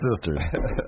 sister